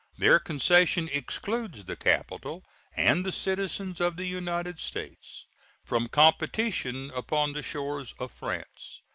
their concession excludes the capital and the citizens of the united states from competition upon the shores of france.